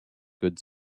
good